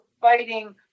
fighting